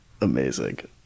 Amazing